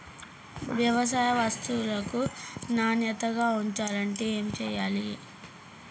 వ్యవసాయ వస్తువులను నాణ్యతగా ఉంచాలంటే ఏమి చెయ్యాలే?